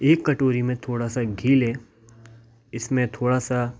एक कटोरी मे थोड़ा सा घी लें इसमें थोड़ा सा